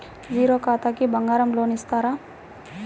Zero ఖాతాకి బంగారం loan ఇస్తారా?